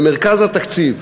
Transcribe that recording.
במרכז התקציב